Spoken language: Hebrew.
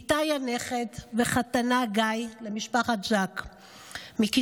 איתי הנכד וחתנה שגיא זק מכיסופים,